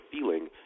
feeling